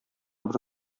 бер